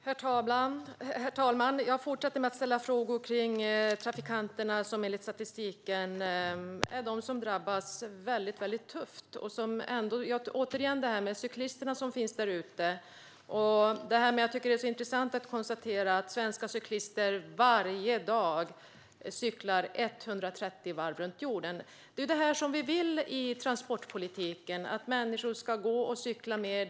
Herr talman! Jag fortsätter att ställa frågor om de trafikanter som enligt statistiken drabbas väldigt hårt, cyklisterna. Svenska cyklister cyklar varje dag 130 varv runt jorden. I transportpolitiken vill vi att människor ska gå och cykla mer.